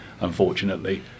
unfortunately